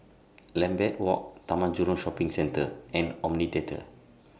Lambeth Walk Taman Jurong Shopping Centre and Omni Theatre